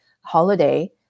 holiday